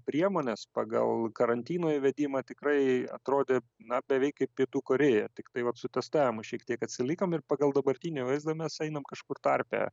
priemones pagal karantino įvedimą tikrai atrodė na beveik kaip pietų korėja tiktai vat su testavimu šiek tiek atsilikom ir pagal dabartinį vaizdą mes einam kažkur tarpe